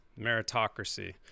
meritocracy